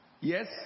yes